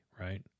right